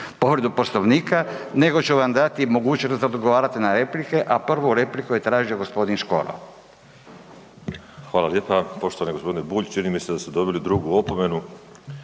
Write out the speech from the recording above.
povredu Poslovnika nego ću vam dati mogućnost da odgovarate na replike, a prvu repliku je tražio g. Škoro. **Škoro, Miroslav (DP)** Hvala lijepa. Poštovani g. Bulj, čini mi se da ste dobili drugu opomenu.